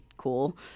cool